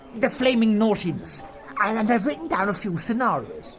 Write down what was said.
the flaming naughtiness, and i've written down a few scenarios.